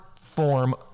form